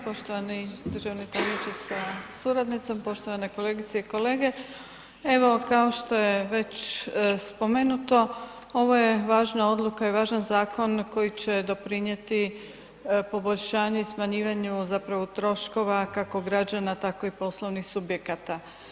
Poštovani državni tajniče sa suradnicom, poštovane kolegice i kolege, evo kao što je već spomenuto ovo je važna odluka i važan zakon koji će doprinijeti poboljšanju i smanjivanju zapravo troškova kako građana tako i poslovnih subjekata.